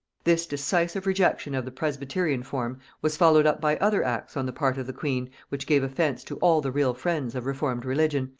this decisive rejection of the presbyterian form was followed up by other acts on the part of the queen which gave offence to all the real friends of reformed religion,